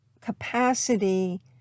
capacity